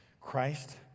Christ